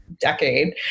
decade